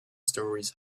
stories